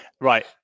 Right